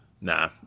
Nah